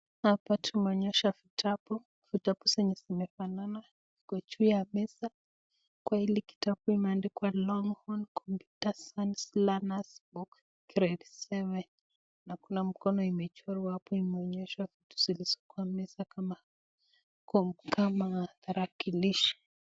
Hapa tumeonyeshwa vitabu, vitabu hizi zimefanana, iko juu ya meza, kwa hili kitabu imeandikwa Longhorn Computer Science learners book grade 7 na kuna mkono imechorwa hapo imeonyeshwa vitu zilizo kwa meza kama tarakilishi.